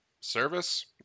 Service